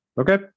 Okay